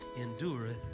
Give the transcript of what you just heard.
Endureth